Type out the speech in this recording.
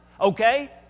okay